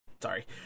Sorry